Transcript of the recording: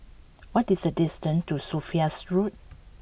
what is the distance to Sophia's Road